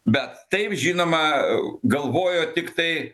bet taip žinoma galvojo tiktai